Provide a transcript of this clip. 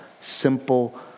simple